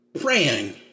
praying